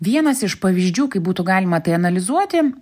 vienas iš pavyzdžių kaip būtų galima tai analizuoti